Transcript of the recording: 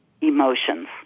emotions